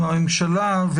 עם הממשלה,